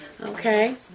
Okay